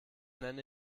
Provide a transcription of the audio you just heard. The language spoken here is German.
nenne